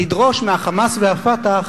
לדרוש מה"חמאס" וה"פתח"